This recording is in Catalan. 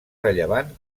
rellevant